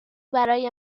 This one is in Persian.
برای